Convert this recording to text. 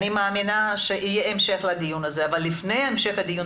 אני מאמינה שיהיה המשך לדיון הזה אבל לפני המשך הדיון